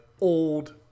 old